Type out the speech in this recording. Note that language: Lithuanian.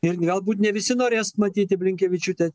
ir galbūt ne visi norės matyti blinkevičiūtę